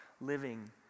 living